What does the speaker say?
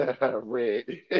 Red